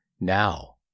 Now